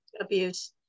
abuse